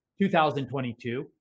2022